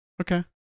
okay